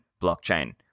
blockchain